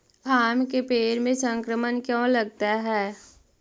आम के पेड़ में संक्रमण क्यों लगता है?